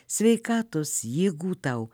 sveikatos jėgų tau